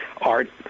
art